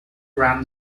around